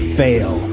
fail